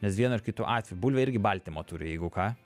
nes vienu ir kitu atveju bulvė irgi baltymo turi jeigu ką